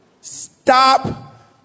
stop